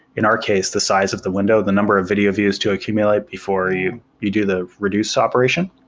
in our case, the size of the window, the number of video views to accumulate before you you do the reduce operation,